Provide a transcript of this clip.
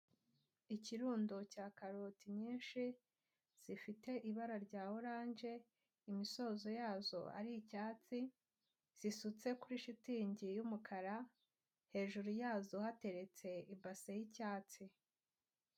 Ikirundo cya karoti nyinshi zifite ibara rya oranje, imisozo yazo ari icyatsi, zisutse kuri shitingi y'umukara, hejuru yazo hateretse ibase y'icyatsi.